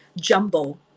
jumbo